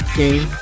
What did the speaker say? game